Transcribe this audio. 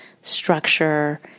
structure